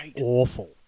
awful